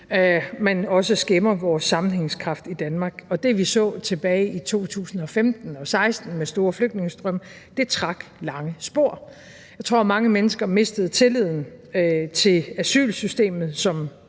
også skæmmer vores sammenhængskraft i Danmark, og det, vi så tilbage i 2015 og 2016 med store flygtningestrømme, trak lange spor. Jeg tror, mange mennesker mistede tilliden til asylsystemet, et